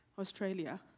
Australia